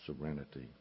serenity